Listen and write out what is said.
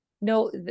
no